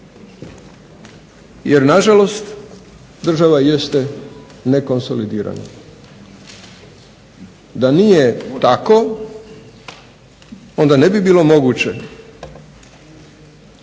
Jer na žalost država jeste nekonsolidirana. Da nije tako onda ne bi bilo moguće